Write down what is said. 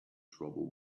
trouble